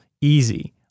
easy